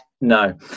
No